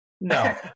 No